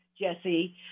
Jesse